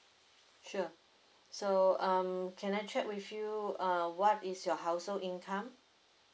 sure so um can I check with you uh what is your household income